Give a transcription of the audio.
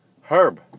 Herb